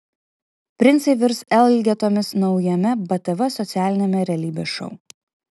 princai virs elgetomis naujame btv socialiniame realybės šou